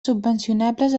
subvencionables